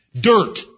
Dirt